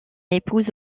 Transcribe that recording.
épouse